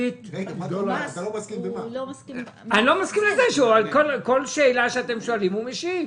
אני לא מסכים שעל כל שאלה שאתם שואלים הוא משיב.